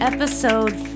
Episode